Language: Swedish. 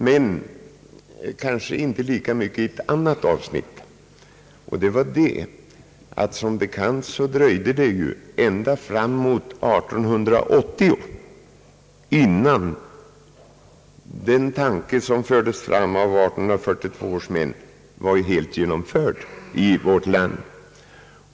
Men kanske var de det inte lika mycket i ett annat avseende — som bekant dröjde det ända fram till 1880 innan den tanke som fördes fram av 1842 års män var helt genomförd i vårt land.